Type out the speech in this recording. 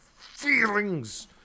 feelings